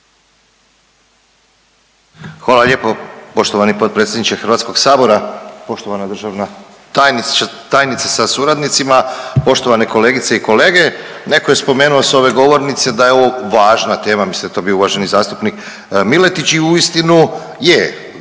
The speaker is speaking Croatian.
Hvala lijepo poštovani potpredsjedniče HS-a, poštovana državna tajnice sa suradnicima. Poštovane kolegice i kolege, netko je spomenuo s ove govornice da je ovo važna tema, mislim da je to bio uvaženi zastupnik Miletić i uistinu je,